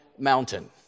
mountain